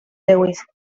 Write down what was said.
lewis